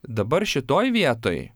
dabar šitoj vietoj